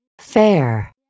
Fair